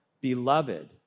beloved